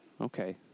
Okay